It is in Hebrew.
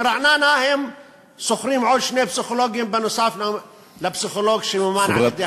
וברעננה הם שוכרים עוד שני פסיכולוגים נוסף על הפסיכולוג שמומן על-ידי,